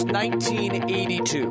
1982